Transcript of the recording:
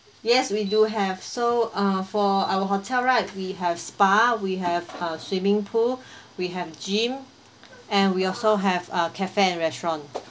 yes we do have so uh for our hotel right we have spa we have uh swimming pool we have gym and we also have uh cafe and restaurant